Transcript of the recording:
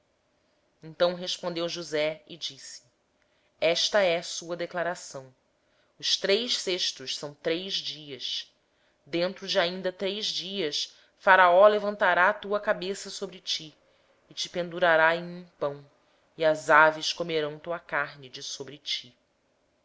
então respondeu josé esta é a interpretação do sonho os três cestos são três dias dentro de três dias tirará faraó a tua cabeça e te pendurará num madeiro e as aves comerão a tua carne de sobre ti